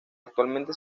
actualmente